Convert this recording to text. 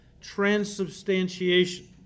transubstantiation